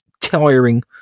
tiring